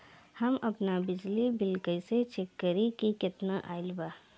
हम आपन बिजली बिल कइसे चेक करि की केतना आइल बा?